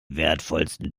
wertvollsten